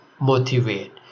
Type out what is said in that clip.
motivate